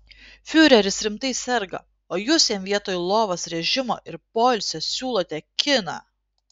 fiureris rimtai serga o jūs jam vietoj lovos režimo ir poilsio siūlote kiną